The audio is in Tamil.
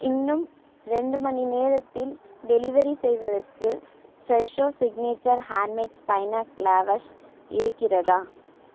இன்னும் ரெண்டு மணி நேரத்தில் டெலிவெரி செய்வதற்கு Fresho signature handmades spinach lavash இருக்கிறதா